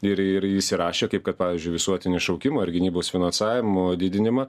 ir ir įsirašė kaip kad pavyzdžiui visuotinį šaukimą ir gynybos finansavimo didinimą